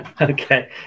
Okay